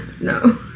no